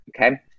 okay